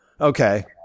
Okay